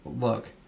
look